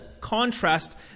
contrast